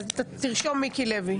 אז תרשום מיקי לוי.